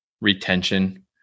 retention